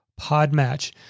PodMatch